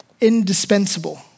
indispensable